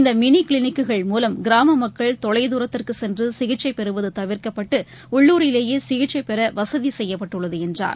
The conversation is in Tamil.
இந்தமினிகிளினிக்குகள் மூலம் கிராமமக்கள் தொலை தூரத்திற்குசென்றுசிகிச்சைபெறுவதுதவிர்க்கப்பட்டு உள்ளுரிலேயேசிகிச்சைபெறவசதிசெய்யப்பட்டுள்ளதுஎன்றார்